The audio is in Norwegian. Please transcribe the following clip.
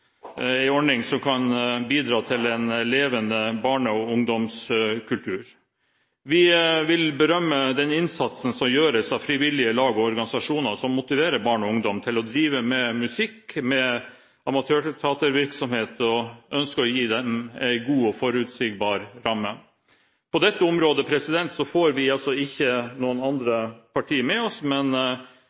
en levende barne- og ungdomskultur. Vi vil berømme den innsatsen som gjøres av frivillige lag og organisasjoner – som motiverer barn og ungdom til å drive med musikk, med amatørteatervirksomhet – og ønsker å gi dem en god og forutsigbar ramme. På dette området får vi altså ikke andre partier med oss, men